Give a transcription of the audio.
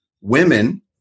women